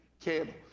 candle